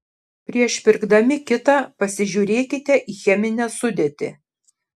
prieš pirkdami kitą pasižiūrėkite į cheminę sudėtį